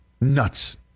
Nuts